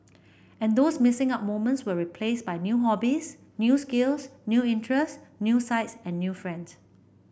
and those missing out moments were replaced by new hobbies new skills new interests new sights and new friends